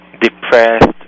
depressed